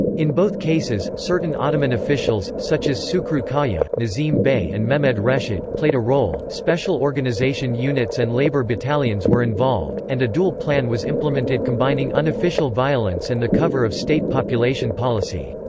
in both cases, certain ottoman officials, such as sukru kaya, nazim bey and mehmed reshid, played a role special organization units and labour battalions were involved and a dual plan was implemented combining unofficial violence and the cover of state population policy.